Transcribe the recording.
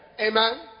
Amen